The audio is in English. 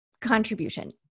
contribution